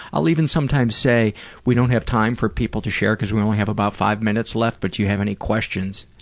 i'll even sometimes say we don't have time for people to share because we only have about five minutes left but do you have any questions?